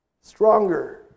stronger